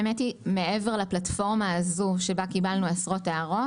מעבר לפלטפורמה הזו שבה קיבלנו עשרות הערות,